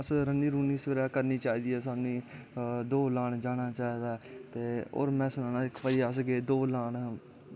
असैं running running करनी चाही दी ऐ साह्नू दौड़ लान जाना चाही दा ऐ ते होर में सनाना भाई असगे दौड़ लान